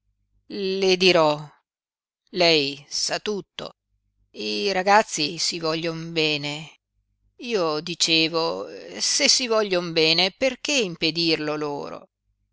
le dirò lei sa tutto i ragazzi si voglion bene io dicevo se si voglion bene perché impedirlo loro